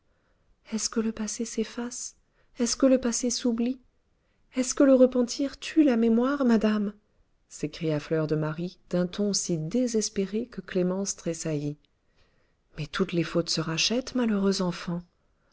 est-ce que le passé s'efface est-ce que le passé s'oublie est-ce que le repentir tue la mémoire madame s'écria fleur de marie d'un ton si désespéré que clémence tressaillit mais toutes les fautes se rachètent malheureuse enfant